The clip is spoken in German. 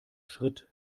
schritt